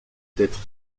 d’être